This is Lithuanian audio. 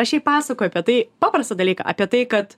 aš jai pasakoju apie tai paprastą dalyką apie tai kad